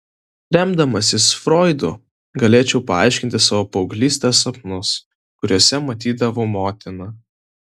remdamasis froidu galėčiau paaiškinti savo paauglystės sapnus kuriuose matydavau motiną